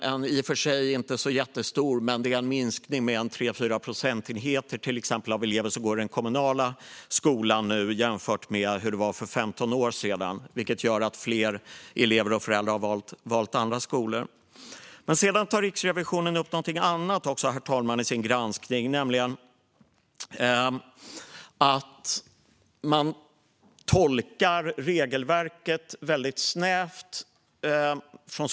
Det är i och för sig inte en jättestor minskning, men det är en minskning med 3-4 procentenheter av elever som nu går i den kommunala skolan jämfört med för 15 år sedan. Det innebär att fler elever och föräldrar har valt andra skolor. Herr talman! Riksrevisionen tar också upp en annan sak i sin granskning. Det handlar om nyetablering av fristående skolor.